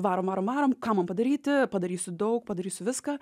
varom varom varom ką man padaryti padarysiu daug padarysiu viską